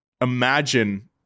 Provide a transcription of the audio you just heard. imagine